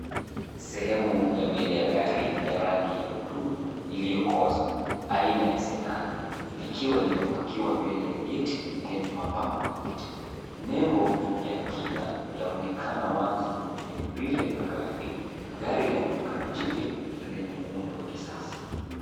Sehemu ya mbele ya gari ya rangi ya bluu iliyokoza aina ya sedan likiwa limepakiwa mbele ya gate lenye mapambo na miti. Lebo yake yaonekana wazi kwenye grill la gari. Gari lanaonekana jipya na lenye muundo wa kisasa.